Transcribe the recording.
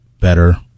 better